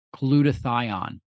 glutathione